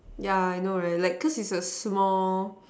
yeah I know right cause it's a small